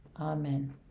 Amen